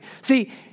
See